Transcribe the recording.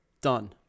done